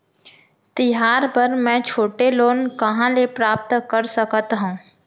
तिहार बर मै छोटे लोन कहाँ ले प्राप्त कर सकत हव?